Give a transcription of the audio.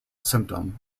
symptom